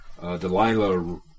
Delilah